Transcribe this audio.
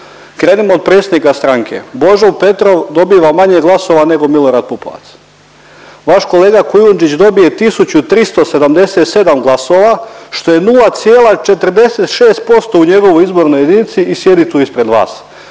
krenimo od predsjednika stranke, Božo Petrov dobiva manje glasova nego Milorad Pupovac, vaš kolega Kujundžić dobije 1377 glasova što je 0,46% u njegovoj izbornoj jedinici i sjedi tu ispred vas,